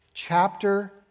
Chapter